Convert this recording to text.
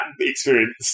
experience